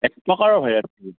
এক প্ৰকাৰৰ ভাইৰাছ